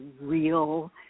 real